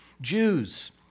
Jews